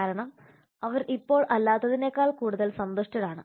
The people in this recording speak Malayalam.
കാരണം അവർ ഇപ്പോൾ അല്ലാത്തതിനേക്കാൾ കൂടുതൽ സന്തുഷ്ടരാണ്